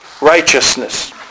righteousness